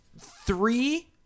three